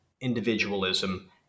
individualism